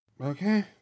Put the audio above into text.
Okay